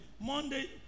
Monday